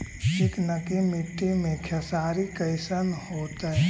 चिकनकी मट्टी मे खेसारी कैसन होतै?